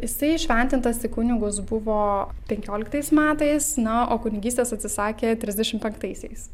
jisai įšventintas į kunigus buvo penkioliktais metais na o kunigystės atsisakė trisdešim penktaisiais